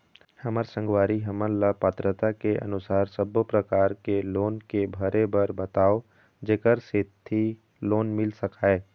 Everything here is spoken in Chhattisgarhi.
हमर संगवारी हमन ला पात्रता के अनुसार सब्बो प्रकार के लोन के भरे बर बताव जेकर सेंथी लोन मिल सकाए?